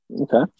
Okay